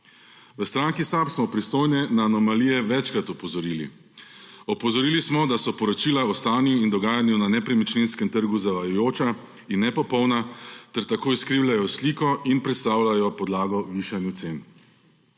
V stranki SAB smo pristojne na anomalije večkrat opozorili. Opozorili smo, da so poročila o stanju in dogajanju na nepremičninskem trgu zavajajoča in nepopolna ter tako izkrivljajo sliko in predstavljajo podlago višanju cen.